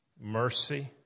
mercy